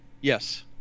Yes